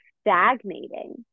stagnating